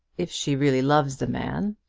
if she really loves the man,